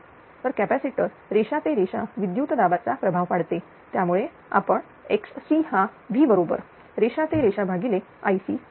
तर कॅपॅसिटर रेषा ते रेषा विद्युत दाबाचा प्रभाव पाडते त्यामुळे आपण Xc हा V बरोबर रेषा ते रेषा भागिले Icघेतो